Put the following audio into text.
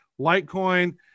litecoin